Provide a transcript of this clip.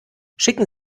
schicken